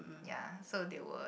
ya so they were